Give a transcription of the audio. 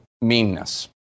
meanness